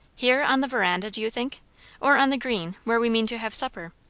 here, on the verandah, do you think or on the green, where we mean to have supper?